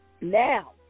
Now